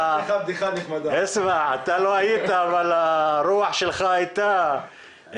אבל הרוח שלך הייתה,